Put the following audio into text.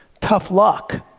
tough luck.